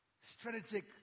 strategic